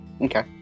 Okay